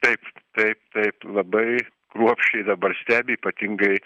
taip taip taip labai kruopščiai dabar stebi ypatingai